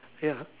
ya